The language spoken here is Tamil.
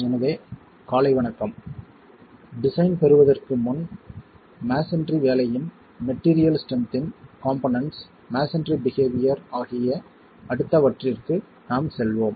எனவே காலை வணக்கம் டிசைன் பெறுவதற்கு முன் மஸோன்றி வேலையின் மெட்டீரியல் ஸ்ட்ரென்த்தின் காம்போனென்ட்ஸ் மஸோன்றி பிஹேவியர் ஆகிய அடுத்தவற்றிற்கு நாம் செல்வோம்